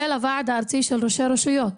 של הוועד הארצי של ראשי הרשויות,